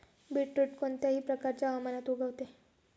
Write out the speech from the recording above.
beetroot कोणत्याही प्रकारच्या हवामानात उगवते